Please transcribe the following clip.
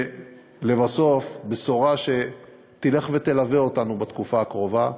ולבסוף, בשורה שתלך ותלווה אותנו בתקופה הקרובה,